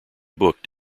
booked